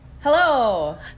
hello